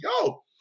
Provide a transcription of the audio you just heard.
yo